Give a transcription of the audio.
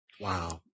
Wow